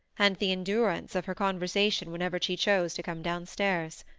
and the endurance of her conversation whenever she chose to come downstairs.